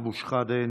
אבו שחאדה,